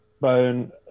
bone